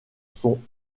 sont